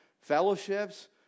fellowships